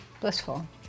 blissful